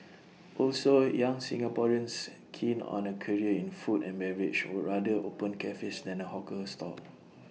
also young Singaporeans keen on A career in food and beverage would rather open cafes than A hawker stall